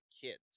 kids